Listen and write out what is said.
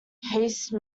haste